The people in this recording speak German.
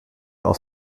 aus